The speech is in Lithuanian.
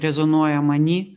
rezonuoja many